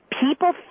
people